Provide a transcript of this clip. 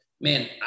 man